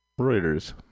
Reuters